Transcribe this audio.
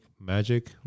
magic